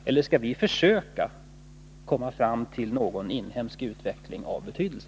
Eller skall vi försöka komma fram till någon inhemsk utveckling av betydelse?